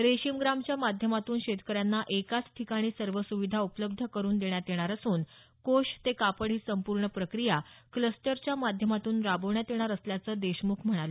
रेशीम ग्रामच्या माध्यमातून शेतकऱ्यांना एकाच ठिकाणी सर्व सुविधा उपलब्ध करुन देण्यात येणार असून कोष ते कापड ही संपूर्ण प्रक्रिया क्लस्टरच्या माध्यमातून राबवण्यात येणार असल्याचं देशमुख म्हणाले